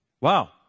Wow